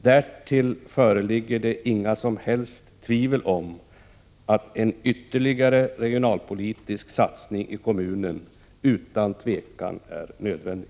Dessutom råder det inga som helst tvivel om att en ytterligare regionalpolitisk satsning i kommunen är nödvändig.